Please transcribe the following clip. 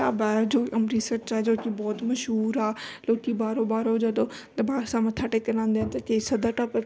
ਢਾਬਾ ਹੈ ਜੋ ਅੰਮ੍ਰਿਤਸਰ 'ਚ ਆ ਜੋ ਕਿ ਬਹੁਤ ਮਸ਼ਹੂਰ ਆ ਲੋਕ ਬਾਹਰੋਂ ਬਾਹਰੋਂ ਜਦੋਂ ਦਰਬਾਰ ਸਾਹਿਬ ਮੱਥਾ ਟੇਕਣ ਆਉਂਦੇ ਆ ਤਾਂ ਕੇਸਰ ਦਾ ਢਾਬੇ